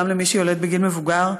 גם למי שיולד בגיל מבוגר,